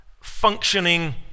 functioning